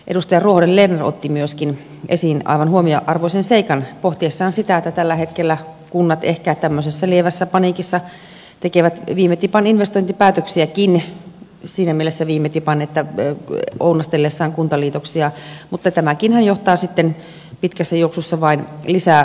edustaja ruohonen lerner otti myöskin esiin aivan huomionarvoisen seikan pohtiessaan sitä että tällä hetkellä kunnat ehkä tämmöisessä lievässä paniikissa tekevät viime tipan investointipäätöksiäkin siinä mielessä viime tipan että ounastelevat kuntaliitoksia mutta tämäkinhän johtaa sitten pitkässä juoksussa vain lisävelkaantumiseen